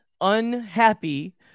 unhappy